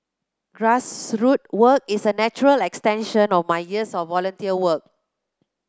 grassroots work is a natural extension of my years of volunteer work